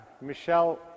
Michelle